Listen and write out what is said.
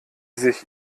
sich